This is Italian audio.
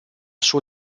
suo